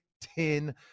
Ten